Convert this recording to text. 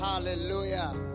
Hallelujah